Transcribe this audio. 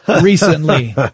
recently